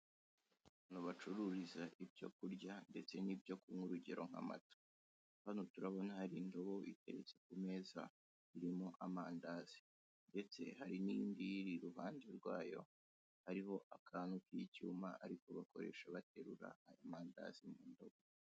Ahantu bacuruza ibyo kurya ndetse n'ibyo kunywa urugero nk'amata, hano turabona hari indobo iteretse ku meza irimo amandazi, ntetse hari n'indi iyiri iruhande rwayo, hariho akantu k'icyuma ubona ko ari ko bakoresha baterura ayo mandazi.